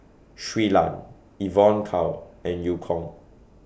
Shui Lan Evon Kow and EU Kong